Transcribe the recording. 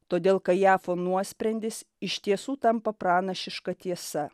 todėl kajafo nuosprendis iš tiesų tampa pranašiška tiesa